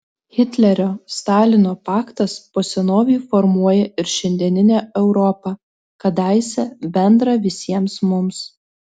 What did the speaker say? hitlerio stalino paktas po senovei formuoja ir šiandieninę europą kadaise bendrą visiems mums